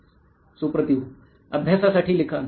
सुप्रातिव अभ्यासासाठी लिखाण